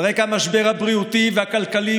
על רקע המשבר הבריאותי והכלכלי,